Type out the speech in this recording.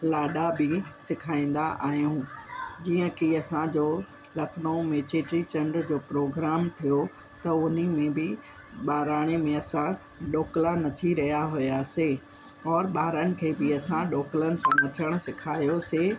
लाॾा बि सेखारींदा आहियूं जीअं कि असांजो लखनऊ चेटे चंड जो प्रोग्राम थियो त उन्हीअ में बि ॿहिराणे में असां ॾोकिला नची रहिया हुयासीं और ॿारनि खे बि असां ॾोकिलनि सां नचणु सिखायोसीं